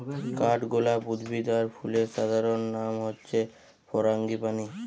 কাঠগোলাপ উদ্ভিদ আর ফুলের সাধারণ নাম হচ্ছে ফারাঙ্গিপানি